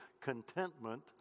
Contentment